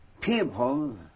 people